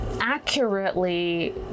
accurately